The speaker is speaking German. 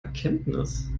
erkenntnis